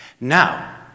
Now